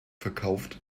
verkauft